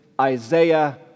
Isaiah